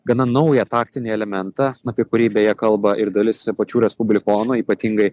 gana naują taktinį elementą apie kurį beje kalba ir dalis pačių respublikonų ypatingai